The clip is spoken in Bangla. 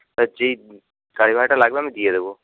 যেই গাড়ি ভাড়াটা লাগবে আমি দিয়ে দেবো